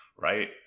Right